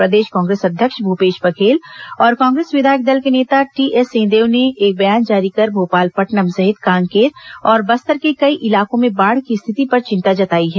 प्रदेश कांग्रेस अध्यक्ष भूपेश बघेल और कांग्रेस विधायक दल के नेता टीएस सिंहदेव ने एक बयान जारी कर भोपालपट्नम सहित कांकेर और बस्तर के कई इलाकों में बाढ़ की स्थिति पर चिंता जताई है